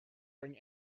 bring